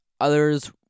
Others